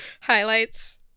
highlights